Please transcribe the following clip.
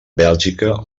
bèlgica